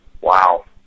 Wow